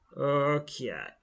Okay